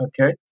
okay